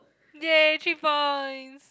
!yay! three points